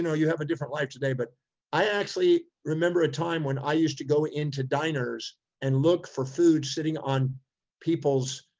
know, you have a different life today. but i actually remember a time when i used to go into diners and look for food, sitting on people's